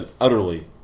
utterly